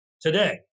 today